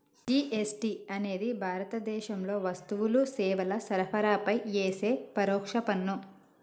GST అనేది భారతదేశంలో వస్తువులు, సేవల సరఫరాపై యేసే పరోక్ష పన్ను